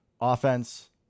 Offense